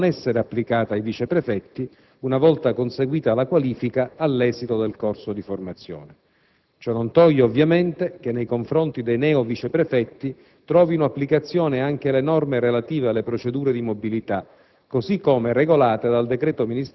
essa, pertanto, non poteva non essere applicata ai viceprefetti, una volta conseguita la qualifica all'esito del corso di formazione. Ciò non toglie, ovviamente, che nei confronti dei neo-viceprefetti trovino applicazione anche le norme relative alle procedure di mobilità,